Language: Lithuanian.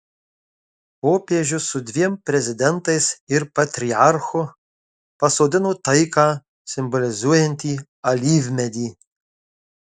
popiežius su dviem prezidentais ir patriarchu pasodino taiką simbolizuojantį alyvmedį